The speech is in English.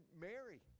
Mary